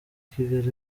kigali